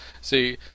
See